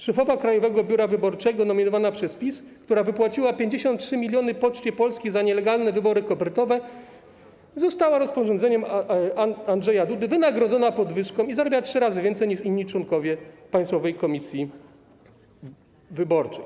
Szefowa Krajowego Biura Wyborczego nominowana przez PiS, która wypłaciła 53 miliony Poczcie Polskiej za nielegalne wybory kopertowe, została rozporządzeniem Andrzeja Dudy wynagrodzona podwyżką i zarabia 3 razy więcej niż inni członkowie Państwowej Komisji Wyborczej.